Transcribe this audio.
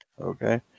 Okay